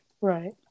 Right